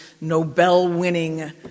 Nobel-winning